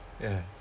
ya